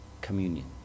communion